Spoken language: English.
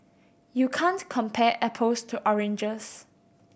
you can't compare apples to oranges